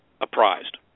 apprised